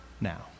now